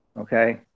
Okay